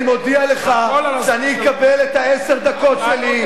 אני מודיע לך שאני אקבל את עשר הדקות שלי,